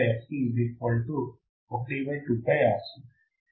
ఇక్కడ fc 12 πRC